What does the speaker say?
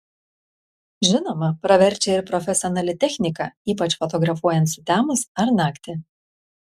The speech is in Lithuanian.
žinoma praverčia ir profesionali technika ypač fotografuojant sutemus ar naktį